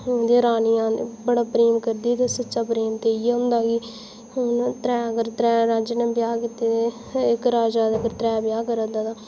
उं'दियां रानियां बड़ा प्रेम करदियां सच्चा प्रेम ते इ'यै होंदा त्रै अगर त्रै राजे नै ब्याह् कीते इक राजा अगर त्रै ब्याह् करा दा